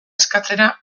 eskatzera